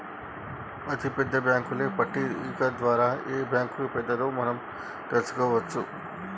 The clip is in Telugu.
అతిపెద్ద బ్యేంకుల పట్టిక ద్వారా ఏ బ్యాంక్ పెద్దదో మనం తెలుసుకోవచ్చు